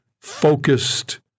focused